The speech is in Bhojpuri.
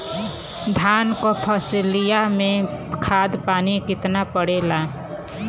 धान क फसलिया मे खाद पानी कितना पड़े ला?